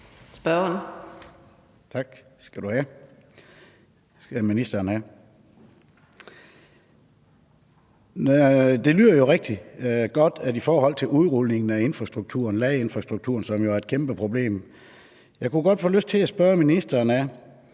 Det lyder jo rigtig godt i forhold til udrulningen af ladeinfrastrukturen, som jo er et kæmpeproblem. Jeg kunne godt få lyst til at spørge ministeren om